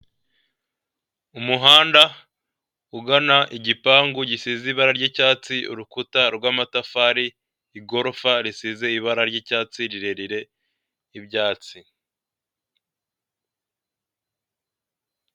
Umuhanda ugana igipangu gisize ibara ry'icyatsi urukuta rwa amatafari, igorofa risize ibara ry'icyatsi rirerire ry'ibyatsi.